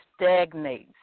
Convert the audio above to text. stagnates